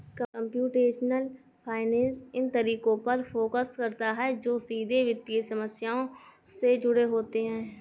computational finance इन तरीकों पर फोकस करता है जो सीधे वित्तीय समस्याओं से जुड़े होते हैं